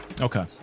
Okay